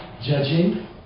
Judging